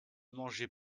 mangeait